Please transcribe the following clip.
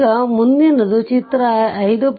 ಈಗ ಮುಂದಿನದು ಚಿತ್ರ 5